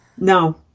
no